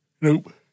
Nope